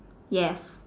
yes